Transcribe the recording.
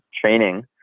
training